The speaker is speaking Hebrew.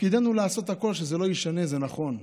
תפקידנו לעשות הכול שזה לא יישנה, זה נכון.